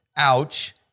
ouch